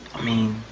i mean.